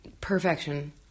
perfection